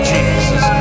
Jesus